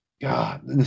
God